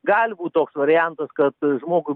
gali būti toks variantas kad žmogui